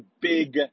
big